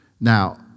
Now